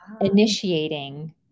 initiating